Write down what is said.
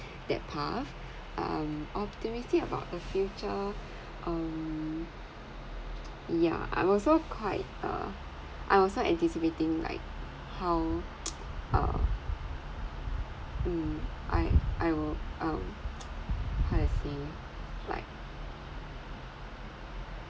that path um optimistic about the future um yeah I'm also quite uh I'm also anticipating like how uh mm I I will I'll how to say like